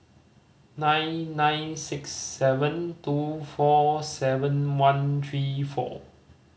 nine nine six seven two four seven one three four